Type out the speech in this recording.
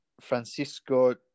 Francisco